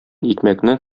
икмәкне